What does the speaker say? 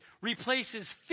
replaces